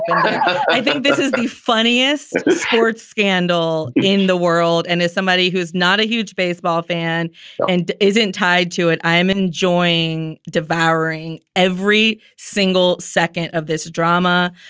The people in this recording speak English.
i think this is the funniest sports scandal in the world. and as somebody who's not a huge baseball fan and isn't tied to it, i'm enjoying devouring every single second of this drama.